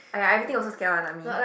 !aiya! everything also scared one lah me